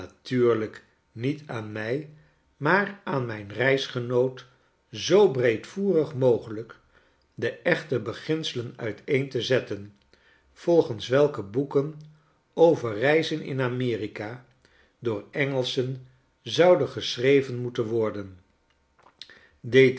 niet aan mij maar aan mijn reisgenoot zoo breedvoerig mogelijk de echte beginselen uiteen te zetten volgens welke boeken over reizen in amerika door engelschen zouden geschreven moeten worden